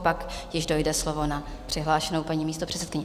Pak již dojde slovo na přihlášenou paní místopředsedkyni.